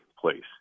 place